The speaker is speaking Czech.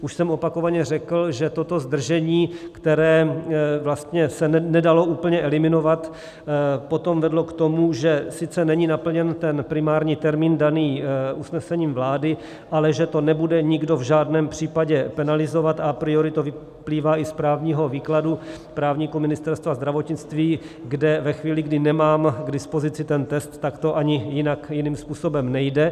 Už jsem opakovaně řekl, že toto zdržení, které se vlastně nedalo úplně eliminovat, potom vedlo k tomu, že sice není naplněn ten primární termín daný usnesením vlády, ale že to nebude nikdo v žádném případě penalizovat, a à priori to vyplývá i z právního výkladu právníků Ministerstva zdravotnictví, kde ve chvíli, kdy nemám k dispozici ten test, tak to ani jinak, jiným způsobem nejde.